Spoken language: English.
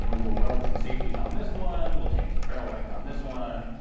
you know we'll weld some safeties on this one, we'll change the barrel length on this one.